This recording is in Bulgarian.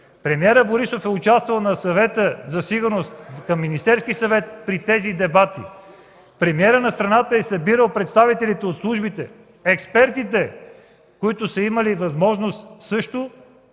Премиерът Борисов е участвал в Съвета за сигурност към Министерския съвет при тези дебати. Премиерът на страната е събирал представителите на службите, експертите. Те са имали възможност също